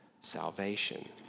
salvation